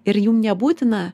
ir jum nebūtina